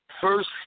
First